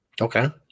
Okay